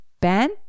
Ben